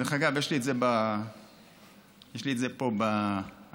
דרך אגב, יש לי את זה פה, באייפון.